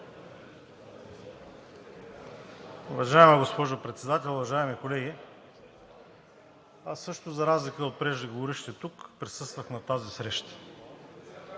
Уважаема госпожо Председател, уважаеми колеги! Аз също, за разлика от преждеговорившите тук, присъствах на тази среща.